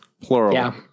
plural